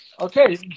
Okay